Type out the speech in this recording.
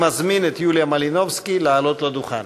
אני מזמין את יוליה מלינובסקי לעלות לדוכן.